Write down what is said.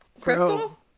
Crystal